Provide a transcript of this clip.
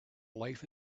life